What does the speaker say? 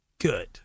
good